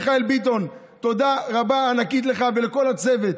מיכאל ביטון, תודה רבה ענקית לך ולכל הצוות.